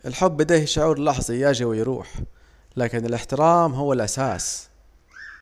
الحب ديه شعور لحظي ياجي ويروح، لكن الاحترام هو الاساس